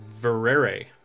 verere